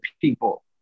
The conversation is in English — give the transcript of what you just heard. people